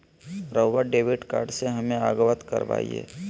रहुआ debit card से हमें अवगत करवाआई?